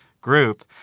group –